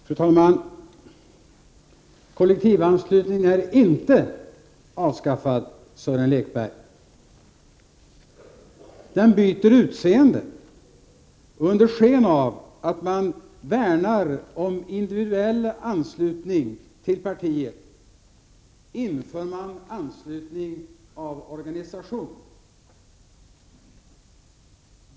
Fru talman! Kollektivanslutningen är inte avskaffad, Sören Lekberg. Den byter utseende. Under sken av att man värnar om individuell anslutning till partiet inför man anslutning av organisation.